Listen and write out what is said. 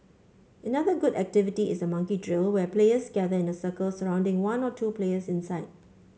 another good activity is the monkey drill where players gather in a circle surrounding one or two players inside